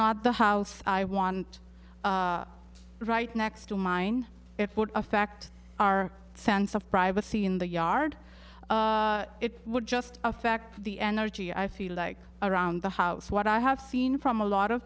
not the house i want right next to mine it would affect our sense of privacy in the yard it would just affect the energy i feel like around the house what i have seen from a lot of